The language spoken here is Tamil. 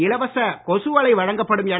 இலவச கொசுவலை வழங்கப்படும் என